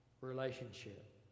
relationship